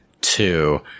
two